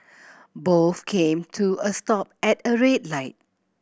both came to a stop at a red light